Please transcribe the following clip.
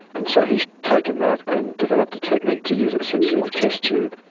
and so he's taken that and developed a technique to use it essentially in a test tube.